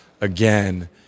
again